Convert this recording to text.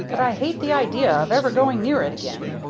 but i hate the idea of ever going near it again.